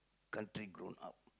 country grown up